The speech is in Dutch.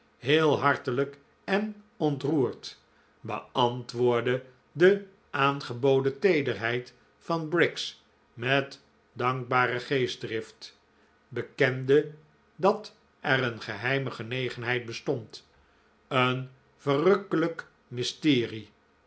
heel hartelijk en ontroerd beantwoordde de aangeboden teederheid van briggs met dankbare geestdrift bekende dat er een geheime genegenheid bestond de kermis der ijdelheid een verrukkelijk mysterie